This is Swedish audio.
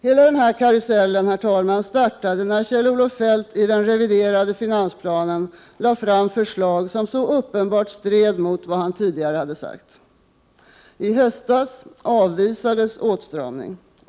Hela karusellen startade, herr talman, när Kjell-Olof Feldt i den reviderade finansplanen lade fram förslag som så uppenbart stred mot vad han tidigare hade sagt. I höstas avvisades åtstramning.